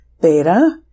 beta